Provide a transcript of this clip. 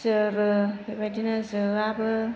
जोरो बेबायदिनो जोआबो